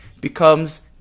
becomes